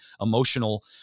emotional